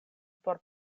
por